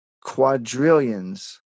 quadrillions